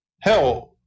Hell